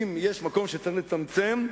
אם יש מקום שצריך לצמצם,